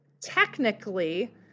technically